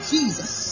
Jesus